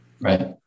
Right